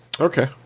Okay